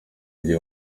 gihe